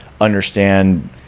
understand